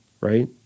right